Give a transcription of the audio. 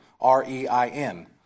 R-E-I-N